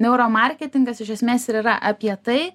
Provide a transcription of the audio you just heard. neuromarketingas iš esmės ir yra apie tai